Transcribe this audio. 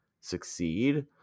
succeed